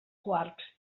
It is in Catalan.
quarks